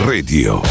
Radio